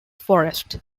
forest